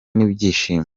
n’ibyishimo